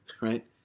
right